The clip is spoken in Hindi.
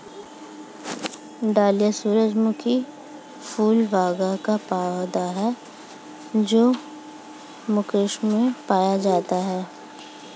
डेलिया सूरजमुखी फूल वर्ग का पौधा है जो मेक्सिको में पाया जाता है